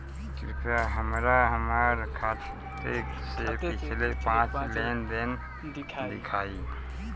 कृपया हमरा हमार खाते से पिछले पांच लेन देन दिखाइ